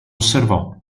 osservò